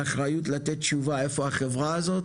האחריות לתת תשובה איפה החברה הזאת,